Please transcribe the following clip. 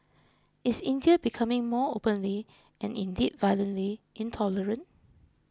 is India becoming more openly and indeed violently intolerant